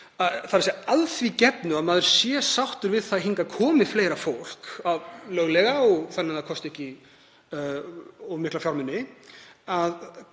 vera sú, að því gefnu að maður sé sáttur við það að hingað komi fleira fólk löglega og þannig að það kosti ekki mikla fjármuni,